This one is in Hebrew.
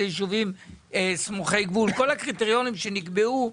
כל הקריטריונים שנקבעו,